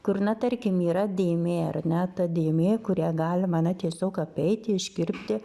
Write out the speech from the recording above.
kur na tarkim yra dėmė ar ne ta dėmė kurią galima na tiesiog apeiti iškirpti